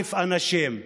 להחליף אנשים,